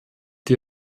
die